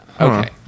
okay